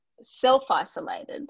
self-isolated